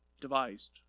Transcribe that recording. devised